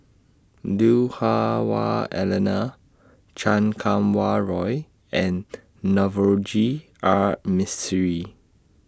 Lui Hah Wah Elena Chan Kum Wah Roy and Navroji R Mistri